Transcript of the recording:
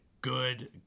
good